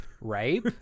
right